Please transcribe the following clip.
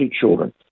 children